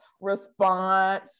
response